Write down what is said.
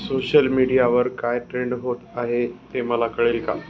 social मीडियावर काय trend होत आहे ते मला कळेल का